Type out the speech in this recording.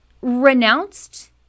renounced